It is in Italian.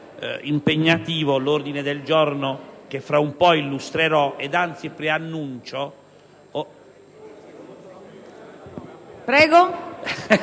impegnativo l'ordine del giorno che fra un po' illustrerò. Anzi, preannuncio